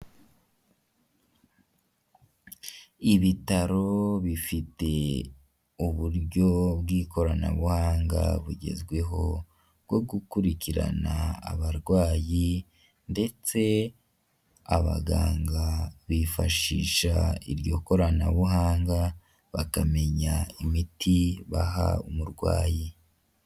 Ibitaro bifite uburyo bw'ikoranabuhanga bugezweho bwo gukurikirana abarwayi ndetse abaganga bifashisha iryo koranabuhanga bakamenya imiti baha umurwayi.